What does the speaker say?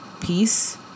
peace